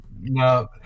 No